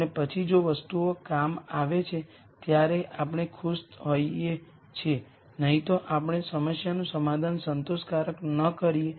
તેથી ચાલો આપણે પ્રથમ A ટાઈમ્સ v₁ તપાસીએ